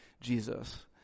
Jesus